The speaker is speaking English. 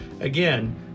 Again